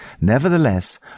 Nevertheless